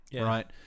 right